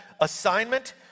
assignment